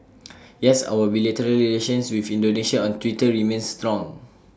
yes our bilateral relations with Indonesia on Twitter remains strong